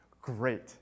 great